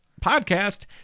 podcast